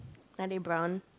are they brown